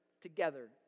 together